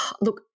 look